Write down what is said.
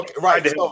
right